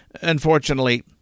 Unfortunately